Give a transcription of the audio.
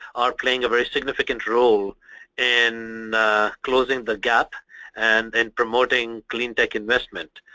are playing a very significant role in closing the gap and in promoting clean tech investment.